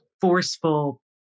forceful